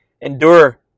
endure